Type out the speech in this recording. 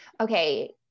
okay